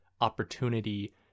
opportunity